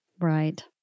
Right